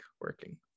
working